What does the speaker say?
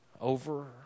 over